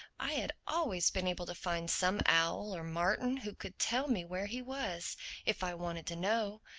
i had always been able to find some owl or martin who could tell me where he was if i wanted to know.